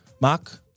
Mark